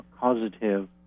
causative